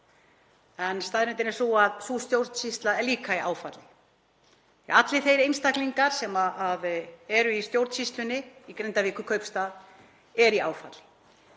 En staðreyndin er sú að sú stjórnsýsla er líka í áfalli því að allir þeir einstaklingar sem eru í stjórnsýslunni í Grindavíkurkaupstað eru í áfalli.